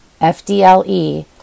FDLE